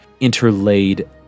interlaid